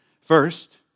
First